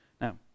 Now